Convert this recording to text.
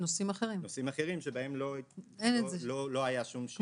נושאים אחרים שבהם לא היה שינוי.